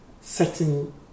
setting